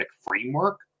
framework